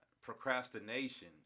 procrastination